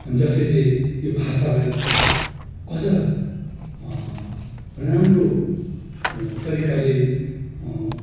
जसले चाहिँ यो भाषालाई अझ राम्रो तरिकाले